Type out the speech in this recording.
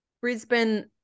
Brisbane